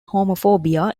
homophobia